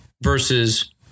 versus